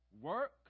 work